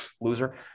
loser